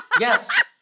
yes